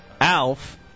Alf